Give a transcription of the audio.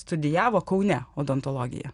studijavo kaune odontologiją